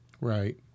Right